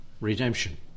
redemption